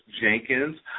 Jenkins